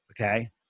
Okay